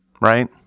right